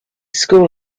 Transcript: school